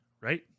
Right